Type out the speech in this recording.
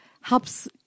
helps